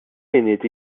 munud